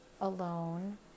alone